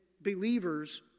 believers